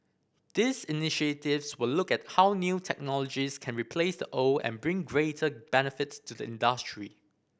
these initiatives will look at how new technologies can replace the old and bring greater benefits to the industry